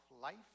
life